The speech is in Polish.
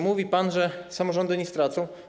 Mówi pan, że samorządy nie stracą.